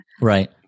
Right